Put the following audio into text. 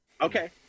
Okay